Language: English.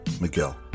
Miguel